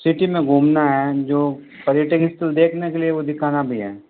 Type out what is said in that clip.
city में घूमना है जो पर्यटक स्थल देखने के लिए वो दिखाना भईया